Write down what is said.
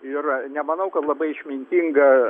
ir nemanau kad labai išmintinga